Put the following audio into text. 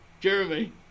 Jeremy